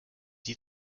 sie